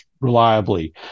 reliably